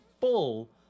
full